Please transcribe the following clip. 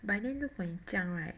but then 如果你这样 right